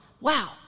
Wow